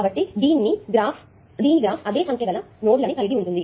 కాబట్టి దీని గ్రాఫ్ అదే సంఖ్య గల నోడ్ల ని కలిగి ఉంటుంది